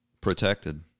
protected